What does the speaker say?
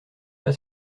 pas